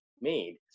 made